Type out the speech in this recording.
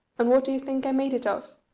and what do you think i made it of?